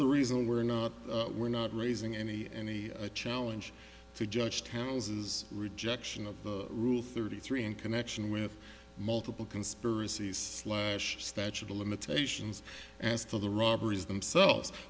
the reason we're not we're not raising any any challenge to judge handles his rejection of the rule thirty three in connection with multiple conspiracies slash statute of limitations as to the robberies themselves